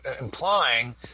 implying